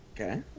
Okay